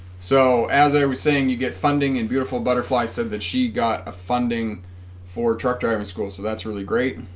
so as i was saying you get funding and beautiful butterfly said that she got a funding for truck driving school so that's really great